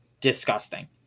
disgusting